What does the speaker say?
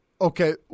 Okay